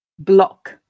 Block